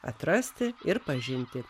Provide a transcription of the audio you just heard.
atrasti ir pažinti